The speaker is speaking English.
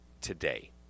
today